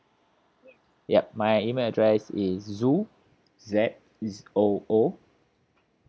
yup my email address is zoo Z O O